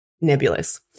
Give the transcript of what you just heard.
nebulous